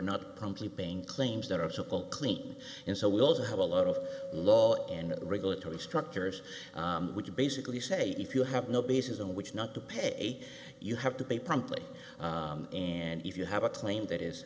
not promptly paying claims that are simple clean and so we also have a lot of law and regulatory structures which basically say if you have no basis on which not to pay you have to pay promptly and if you have a claim that is